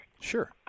Sure